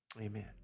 amen